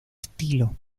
estilo